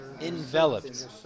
Enveloped